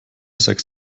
sechs